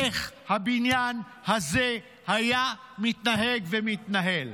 איך הבניין הזה היה מתנהג ומתנהל,